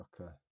okay